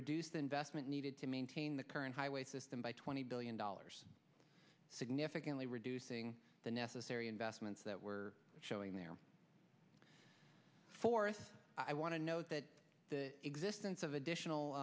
reduce the investment needed to maintain the current highway system by twenty billion dollars significantly reducing the necessary investments that were showing their fourth i want to note that the existence of